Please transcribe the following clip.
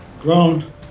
grown